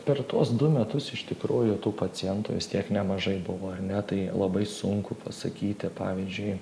per tuos du metus iš tikrųjų tų pacientų vis tiek nemažai buvo ar ne tai labai sunku pasakyti pavyzdžiui